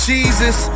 Jesus